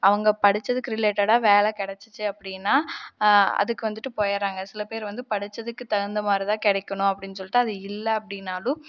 அவங்க படிச்சதுக்கு ரிலேட்டடாக வேலை கிடைச்சிச்சி அப்படினா அதுக்கு வந்துட்டு போயிடுறாங்க சில பேர் வந்து படிச்சதுக்கு தகுந்த மாதிரிதான் கிடக்கணும் அப்படின் சொல்லிட்டு அது இல்லை அப்படினாலும்